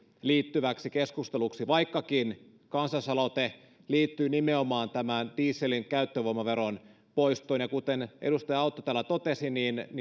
liittyväksi keskusteluksi vaikkakin kansalaisaloite liittyy nimenomaan tämän dieselin käyttövoimaveron poistoon kuten edustaja autto täällä totesi